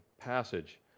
passage